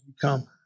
become